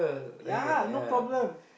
ya no problem